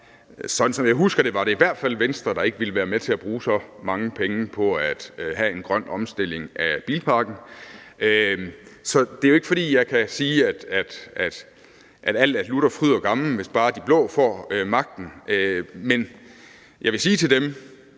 Sådan som jeg husker det, var det i hvert fald Venstre, der ikke ville være med til at bruge så mange penge på at have en grøn omstilling af bilparken. Så det er jo ikke, fordi jeg kan sige, at alt er lutter fryd og gammen, hvis bare de blå får magten, men jeg vil sige til dem,